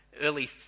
early